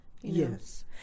Yes